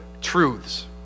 truths